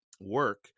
work